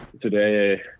today